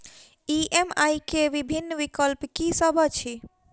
EMI केँ विभिन्न विकल्प की सब अछि